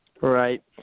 right